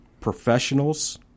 Professionals